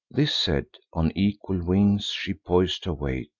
this said, on equal wings she pois'd her weight,